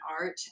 art